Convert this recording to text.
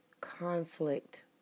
conflict